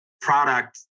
product